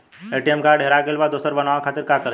ATM card हेरा गइल पर दोसर बनवावे खातिर का करल जाला?